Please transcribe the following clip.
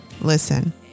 listen